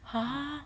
to